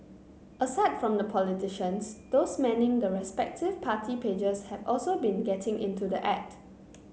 aside from the politicians those manning the respective party pages have also been getting into the act